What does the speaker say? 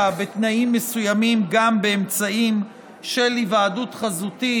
בתנאים מסוימים גם באמצעים של היוועדות חזותית,